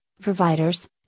providers